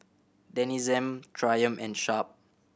Denizen Triumph and Sharp